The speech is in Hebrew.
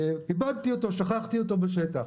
שכחתי אותו בשטח,